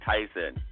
Tyson